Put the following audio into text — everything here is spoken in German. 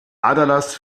aderlass